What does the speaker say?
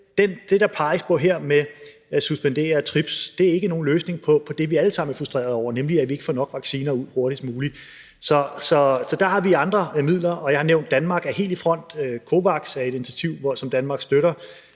det, der peges på her, nemlig at suspendere TRIPS-aftalen, ikke er nogen løsning på det, vi alle sammen er frustrerede over, nemlig at vi ikke får nok vacciner ud hurtigst muligt. Så der har vi andre midler, og jeg har nævnt, at Danmark er helt i front. COVAX er et initiativ, som Danmark støtter